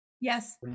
Yes